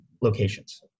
locations